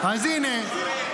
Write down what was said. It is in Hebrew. אז הינה סיכום,